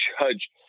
judge